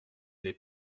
n’est